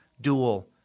dual